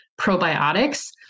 probiotics